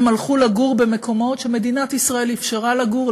הם הלכו לגור במקומות שמדינת ישראל אפשרה לגור,